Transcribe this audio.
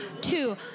Two